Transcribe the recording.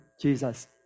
Jesus